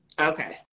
Okay